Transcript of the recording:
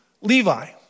Levi